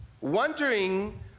wondering